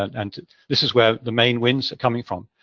and this is where the main winds are coming from.